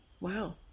wow